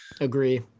Agree